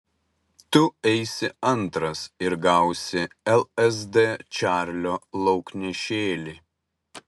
tu eisi antras ir gausi lsd čarlio lauknešėlį